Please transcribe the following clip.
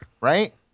right